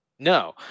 No